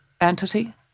entity